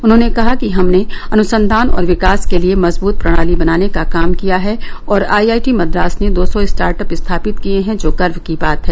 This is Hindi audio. उन्होंने कहा कि हमने अनुसंधान और विकास के लिए मजबूत प्रणाली बनाने का काम किया है और आईआईटी मद्रास ने दो सौ स्टार्टअप स्थापित किये हैं जो गर्व की बात है